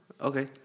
Okay